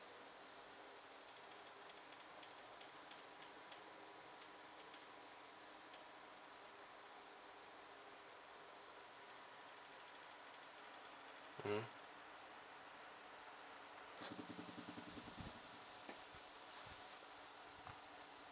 mm